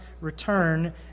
return